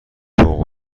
فوق